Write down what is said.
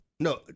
No